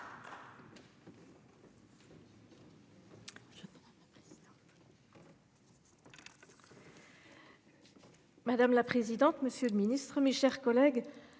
Madame la présidente. Monsieur le Ministre, mes chers collègues,